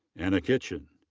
anna kitchen.